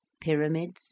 Pyramids